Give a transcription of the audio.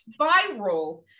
viral